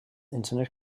internet